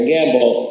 Gamble